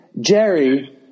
Jerry